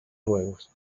juegos